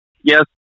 Yes